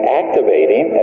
activating